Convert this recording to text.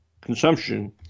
consumption